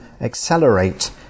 accelerate